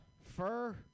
fur